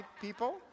people